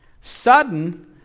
sudden